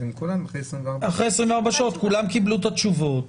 אז הם כולם אחרי 24 שעות --- אחרי 24 שעות כולם קיבלו את התשובות.